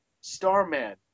Starman